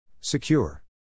Secure